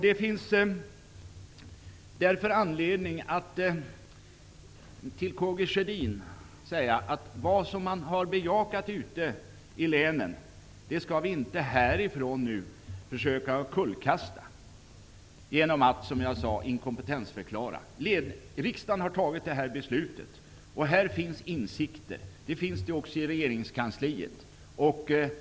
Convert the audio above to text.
Det finns därför anledning att till K G Sjödin säga att riksdagen inte skall försöka att kullkasta det beslut som har bejakats ute i länen. Riksdagen har fattat detta beslut. Här finns insikter. Det finns det också i regeringskansliet.